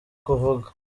kuvuga